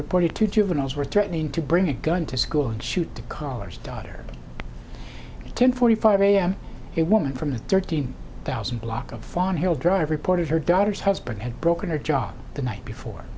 reported two juveniles were threatening to bring a gun to school and shoot the callers daughter ten forty five a m it woman from the thirteen thousand block of farm hill drive reported her daughter's husband had broken her job the night before